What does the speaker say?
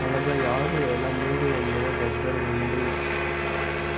నలభై ఆరు వేల మూడు వందల డెబ్బై రెండు